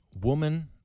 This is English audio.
woman